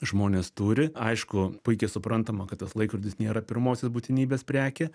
žmonės turi aišku puikiai suprantama kad tas laikrodis nėra pirmosios būtinybės prekė